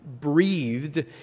breathed